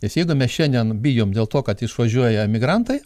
nes jeigu mes šiandien bijom dėl to kad išvažiuoja emigrantai